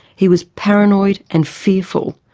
he was paranoid and fearful.